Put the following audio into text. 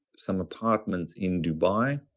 some apartment in dubai,